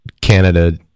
Canada